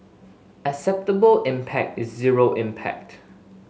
acceptable impact is zero impact